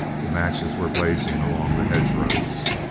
the matches were blazing along the hedge-rows.